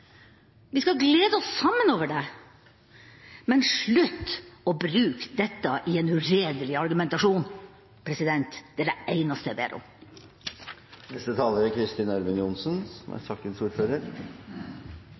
Det skal vi glede oss over sammen, vi skal glede oss sammen over det, men slutt å bruke dette i en uredelig argumentasjon. Det er det eneste jeg ber